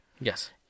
Yes